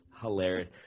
hilarious